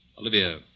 Olivia